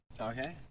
Okay